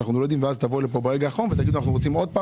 ואז תבואו לפה ברגע האחרון ותגידו שאתם רוצים שוב,